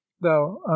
thou